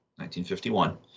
1951